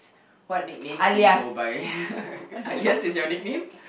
what nicknames do you go by Ah-Lian is your nickname